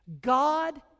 God